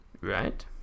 right